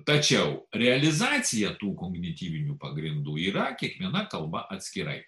tačiau realizacija tų kognityvinių pagrindų yra kiekviena kalba atskirai